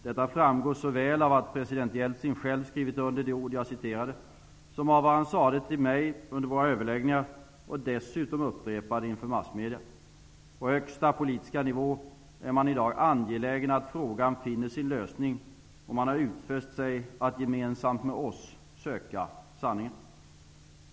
Detta framgår såväl av att president Jeltsin själv skrivit under de ord jag citerade som av vad han sade till mig under våra överläggningar och dessutom upprepade inför massmedia. På högsta politiska nivå är man i dag angelägen om att frågan finner sin lösning, och man har utfäst sig att gemensamt med oss söka sanningen.